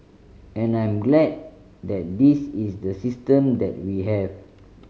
and I'm glad that this is the system that we have